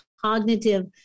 cognitive